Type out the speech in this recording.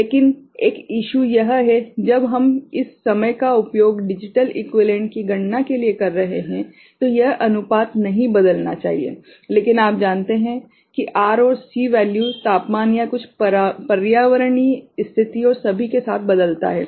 लेकिन एक इशू यह है जब हम इस समय का उपयोग डिजिटल इक्विवेलेंट की गणना के लिए कर रहे हैं तो यह अनुपात नहीं बदलना चाहिए लेकिन आप जानते हैं कि R और C वैल्यू तापमान या कुछ पर्यावरणीय स्थिति और सभी के साथ बदलता है